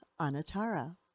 Anatara